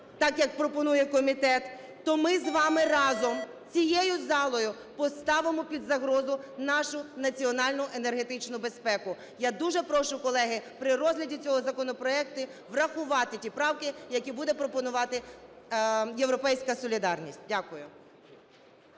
так, як пропонує комітет, то ми з вами разом цією залою поставимо під загрозу нашу національну енергетичну безпеку. Я дуже прошу, колеги, при розгляді цього законопроекту врахувати ті правки, які буде пропонувати "Європейська солідарність". Дякую.